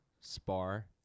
spar